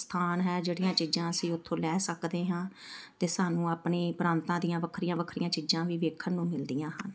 ਸਥਾਨ ਹੈ ਜਿਹੜੀਆਂ ਚੀਜ਼ਾਂ ਅਸੀਂ ਉੱਥੋਂ ਲੈ ਸਕਦੇ ਹਾਂ ਅਤੇ ਸਾਨੂੰ ਆਪਣੀ ਪ੍ਰਾਂਤਾ ਦੀਆਂ ਵੱਖਰੀਆਂ ਵੱਖਰੀਆਂ ਚੀਜ਼ਾਂ ਵੀ ਵੇਖਣ ਨੂੰ ਮਿਲਦੀਆਂ ਹਨ